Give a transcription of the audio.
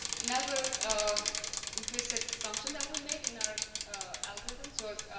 another ah implicit assumption that we made in our algorithms was